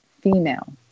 female